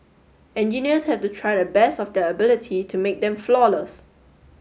engineers have to try to the best of their ability to make them flawless